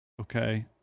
Okay